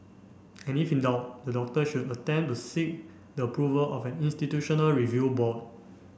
and if in doubt the doctor should attempt to seek the approval of an institutional review board